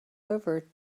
over